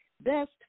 best